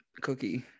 cookie